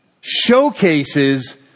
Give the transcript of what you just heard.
showcases